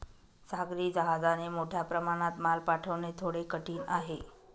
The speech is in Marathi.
सागरी जहाजाने मोठ्या प्रमाणात माल पाठवणे थोडे कठीण आहे